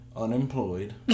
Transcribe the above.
unemployed